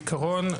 בעיקרון,